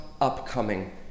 upcoming